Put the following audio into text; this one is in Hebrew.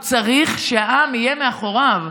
הוא צריך שהעם יהיה מאחוריו,